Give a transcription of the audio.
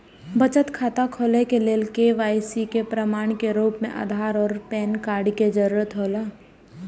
बचत खाता खोले के लेल के.वाइ.सी के प्रमाण के रूप में आधार और पैन कार्ड के जरूरत हौला